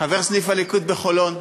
חבר סניף הליכוד בחולון.